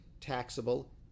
taxable